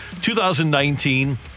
2019